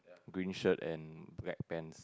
green shirt and black pants